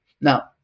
Now